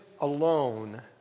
alone